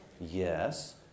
Yes